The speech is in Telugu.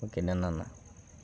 okay done Anna